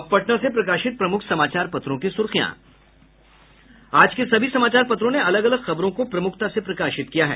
अब पटना से प्रकाशित प्रमुख समाचार पत्रों की सुर्खियां आज के सभी समाचार पत्रों ने अलग अलग खबरों को प्रमुखता से प्रकाशित किया है